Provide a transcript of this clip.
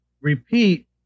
repeat